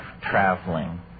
traveling